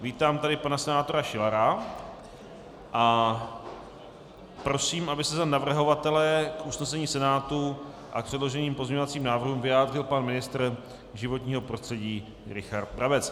Vítám tady pana senátora Šilara a prosím, aby se za navrhovatele k usnesení Senátu a k předloženým pozměňovacím návrhům vyjádřil pan ministr životního prostředí Richard Brabec.